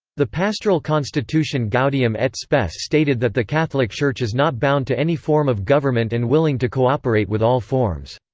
the pastoral constitution gaudium et spes stated that the catholic church is not bound to any form of government and willing to co-operate with all forms.